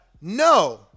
no